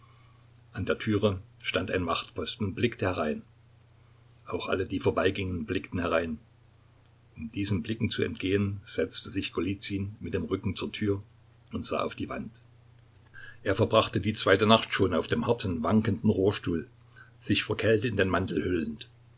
an der türe stand ein wachtposten und blickte herein auch alle die vorbeigingen blickten herein um diesen blicken zu entgehen setzte sich golizyn mit dem rücken zur tür und sah auf die wand er verbrachte die zweite nacht schon auf dem harten wankenden rohrstuhl sich vor kälte in den mantel hüllend